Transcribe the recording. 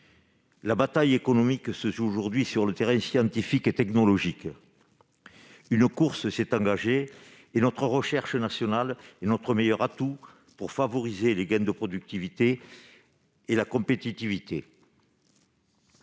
La bataille économique se joue aujourd'hui sur le terrain scientifique et technologique. Une course s'est engagée et notre recherche nationale est notre meilleur atout pour favoriser les gains de productivité et la compétitivité.